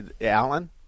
Alan